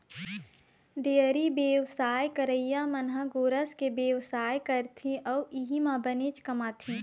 dairy बेवसाय करइया मन ह गोरस के बेवसाय करथे अउ इहीं म बनेच कमाथे